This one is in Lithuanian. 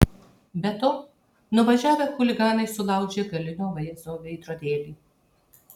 be to nuvažiavę chuliganai sulaužė galinio vaizdo veidrodėlį